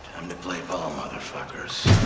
um to play ball, motherfuckers.